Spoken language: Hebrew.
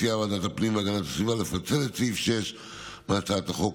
מציעה ועדת הפנים והגנת הסביבה לפצל את סעיף 6 מהצעת החוק,